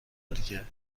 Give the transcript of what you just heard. دیگه